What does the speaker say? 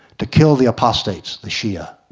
to kill the apostates, the shia.